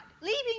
leaving